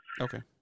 Okay